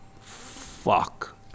fuck